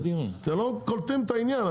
אתם לא קולטים את העניין.